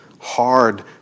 hard